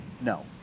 No